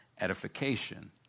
edification